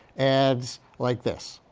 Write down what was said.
ads like this.